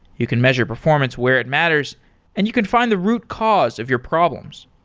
you can measure performance where it matters and you can find the root cause of your problems.